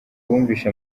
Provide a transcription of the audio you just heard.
bumvise